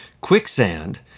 quicksand